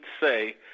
say